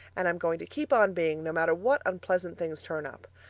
and i'm going to keep on being, no matter what unpleasant things turn up.